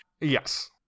Yes